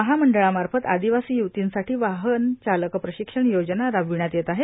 महामंडळामार्फत आदिवासी य्वर्तींसाठी वाहन चालक प्रशिक्षण योजना राबविण्यात येत आहे